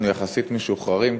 אנחנו יחסית משוחררים,